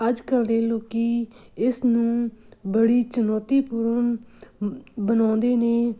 ਅੱਜ ਕੱਲ੍ਹ ਦੇ ਲੋਕ ਇਸ ਨੂੰ ਬੜੀ ਚੁਣੌਤੀਪੂਰਨ ਬਣਾਉਂਦੇ ਨੇ